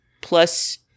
plus